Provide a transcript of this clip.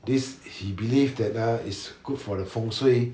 this he believed that ah is good for the fengshui